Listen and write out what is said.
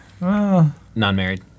Non-married